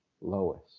Lois